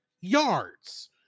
yards